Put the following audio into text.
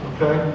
Okay